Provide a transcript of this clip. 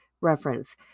reference